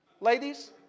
ladies